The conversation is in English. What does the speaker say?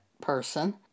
person